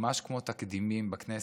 ממש כמו תקדימים בכנסת,